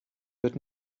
wird